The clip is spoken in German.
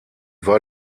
war